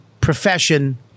profession